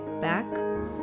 back